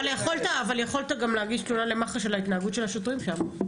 אבל יכולת גם להגיש תלונה למח"ש על ההתנהגות של השוטרים שם.